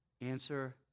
Answer